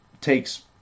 takes